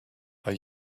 are